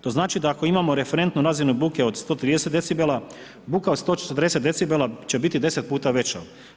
To znači da ako imamo referentnu razinu buke od 130 decibela, buka od 140 decibela će biti 10 puta veća.